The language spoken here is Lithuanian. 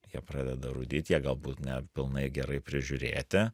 jie pradeda rūdyt jie galbūt ne pilnai gerai prižiūrėti